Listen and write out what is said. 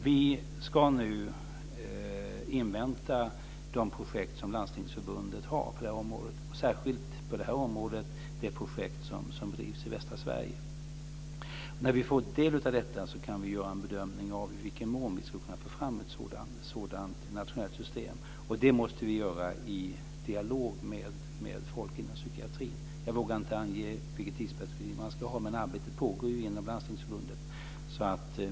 Vi ska nu invänta de projekt som Landstingsförbundet har på det här området, och då särskilt det projekt som drivs i västra Sverige. När vi har fått del av detta kan vi göra en bedömning av om vi kan få fram ett sådant nationellt system. Detta måste vi göra i dialog med folk inom psykiatrin. Jag vågar inte ange vilket tidsperspektivet är, men arbetet pågår inom Landstingsförbundet.